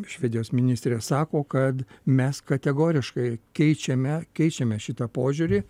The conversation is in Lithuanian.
švedijos ministrė sako kad mes kategoriškai keičiame keičiame šitą požiūrį